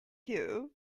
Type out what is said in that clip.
you